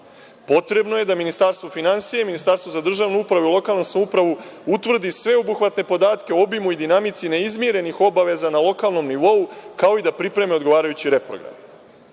Potrebno je da Ministarstvo finansija i Ministarstvo za državu upravu i lokalnu samoupravu utvrde sveobuhvatne podatke o obimu i dinamici neizmirenih obaveza na lokalnom nivou, kao i da pripreme odgovarajući reprogram. Dakle,